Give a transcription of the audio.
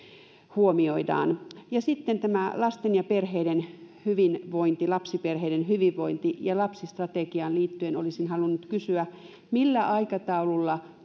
huomioidaan ja sitten tämä lasten ja perheiden hyvinvointi lapsiperheiden hyvinvointi lapsistrategiaan liittyen olisin halunnut kysyä millä aikataululla